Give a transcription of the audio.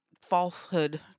falsehood